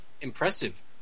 Impressive